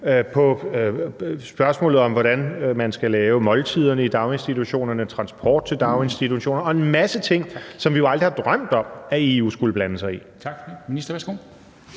om spørgsmålet om, hvordan man skal lave måltiderne i dagsinstitutionerne, transport til daginstitutioner og en masse ting, som vi jo aldrig havde drømt om EU skulle blande sig i.